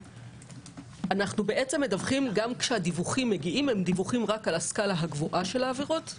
גם כשהדיווחים מגיעים הם על הסקלה הגבוהה של העברות,